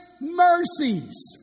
mercies